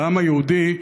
והעם היהודי,